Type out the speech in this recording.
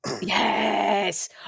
yes